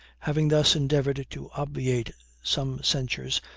having thus endeavored to obviate some censures,